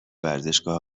ورزشگاه